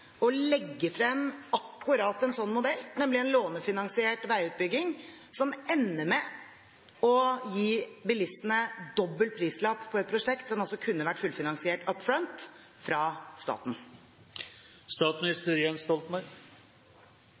å legge frem akkurat en sånn modell, nemlig en lånefinansiert veiutbygging som ender med å gi bilistene dobbel prislapp på et prosjekt som altså kunne vært fullfinansiert «up front» fra staten.